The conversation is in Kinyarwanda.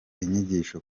inyigisho